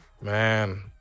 Man